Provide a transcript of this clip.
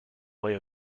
way